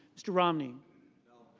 mr. romney no.